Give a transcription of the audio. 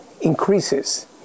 increases